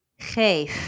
geef